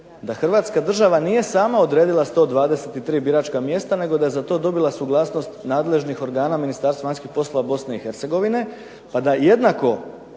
da Hrvatska država nije sama odredila 123 biračka mjesta, nego da je za to dobila suglasnost nadležnih organa Ministarstva vanjskih poslova Bosne i Hercegovine, pa da jednako